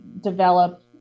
develop